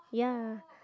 ya